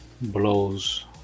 blows